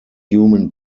human